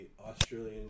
Australian